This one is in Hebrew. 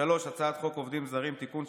הצעת חוק התגמולים לנפגעי פעולות איבה (תיקון,